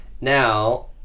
Now